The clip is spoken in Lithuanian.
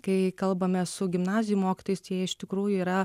kai kalbame su gimnazijų mokytojais tai jie iš tikrųjų yra